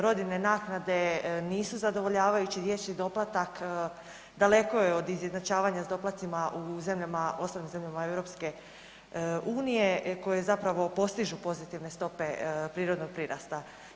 Rodiljne naknade nisu zadovoljavajuće, dječji doplatak daleko je od izjednačavanja s doplacima u zemljama, ostalim zemljama EU koje zapravo postižu pozitivne stope prirodnog prirasta.